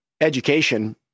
education